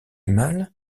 mal